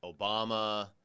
Obama